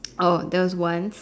oh there was once